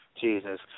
Jesus